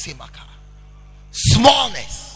Smallness